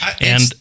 And-